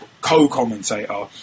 co-commentator